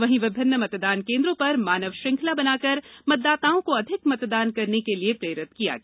वहीं विभिन्न मतदान केन्द्रों पर मानव श्रंखला बनाकर मतदाताओं को अधिक मतदान करने के लिए प्रेरित किया गया